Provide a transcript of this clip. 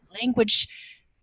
language